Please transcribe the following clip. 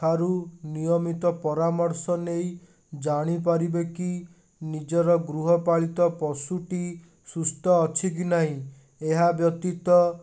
ଠାରୁ ନିୟମିତ ପରାମର୍ଶ ନେଇ ଜାଣିପାରିବେ କି ନିଜର ଗୃହପାଳିତ ପଶୁଟି ସୁସ୍ଥ ଅଛି କି ନାଇ ଏହା ବ୍ୟତୀତ